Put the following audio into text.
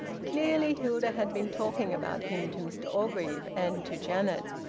clearly hilda had been talking about him to mr orgreave, and to janet.